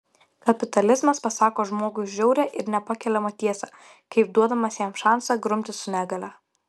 kapitalizmas pasako žmogui žiaurią ir nepakeliamą tiesą taip duodamas jam šansą grumtis su negalia